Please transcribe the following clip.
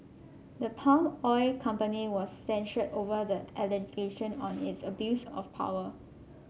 the palm oil company was censured over the allegation on its abuse of power